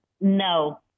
no